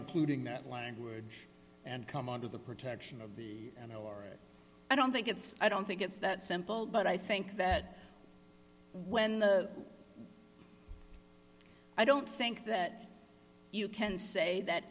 including that language and come under the protection of the i don't think it's i don't think it's that simple but i think that when the i don't think that you can say that